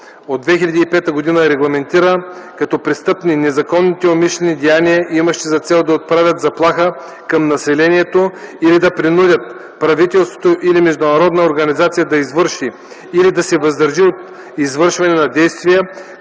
от 2005 г. регламентира като престъпни незаконните умишлени деяния, имащи за цел да отправят заплаха към населението или да принудят правителство или международна организация да извърши или да се въздържи от извършване на действие,